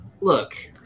look